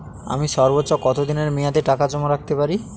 আমি সর্বোচ্চ কতদিনের মেয়াদে টাকা জমা রাখতে পারি?